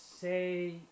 say